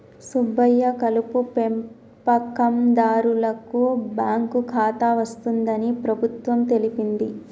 సుబ్బయ్య కలుపు పెంపకందారులకు బాంకు ఖాతా వస్తుందని ప్రభుత్వం తెలిపింది